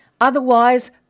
Otherwise